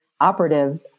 operative